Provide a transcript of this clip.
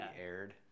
aired